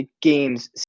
games